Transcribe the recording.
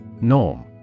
Norm